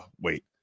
wait